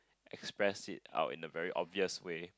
express it out in a very obvious way